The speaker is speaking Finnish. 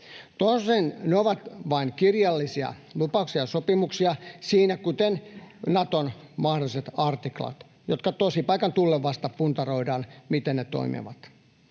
Tosin ne ovat vain kirjallisia lupauksia ja sopimuksia, siinä missä Naton mahdolliset artiklatkin, ja vasta tosipaikan tullen puntaroidaan, miten ne toimivat.